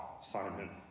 Simon